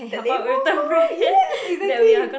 the name lor yes exactly